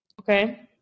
Okay